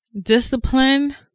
Discipline